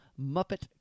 Muppet